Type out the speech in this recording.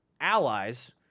allies